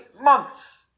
months